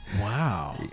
Wow